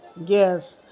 Yes